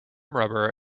rubber